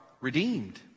redeemed